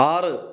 ആറ്